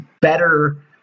better